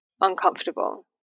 uncomfortable